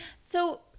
So-